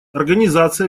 организация